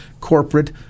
corporate